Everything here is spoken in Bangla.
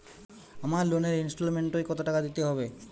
আমার লোনের ইনস্টলমেন্টৈ কত টাকা দিতে হবে?